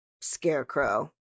scarecrow